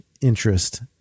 interest